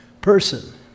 person